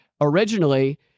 originally